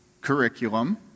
curriculum